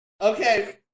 Okay